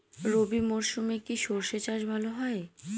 রবি মরশুমে কি সর্ষে চাষ ভালো হয়?